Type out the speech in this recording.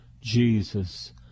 Jesus